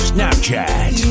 Snapchat